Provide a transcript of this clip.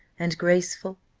and graceful?